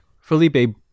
Felipe